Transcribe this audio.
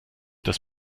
das